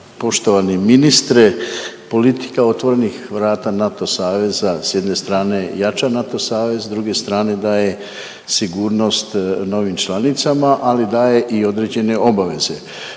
Poštovani ministre, politika otvorenih vrata NATO saveza s jedne strane jača NATO savez, s druge strane daje sigurnost novim članicama, ali daje i određene obaveze.